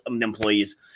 employees